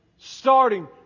starting